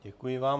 Děkuji vám.